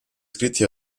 scritti